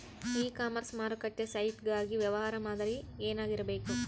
E commerce ಮಾರುಕಟ್ಟೆ site ಗಾಗಿ ವ್ಯವಹಾರ ಮಾದರಿ ಏನಾಗಿರಬೇಕು?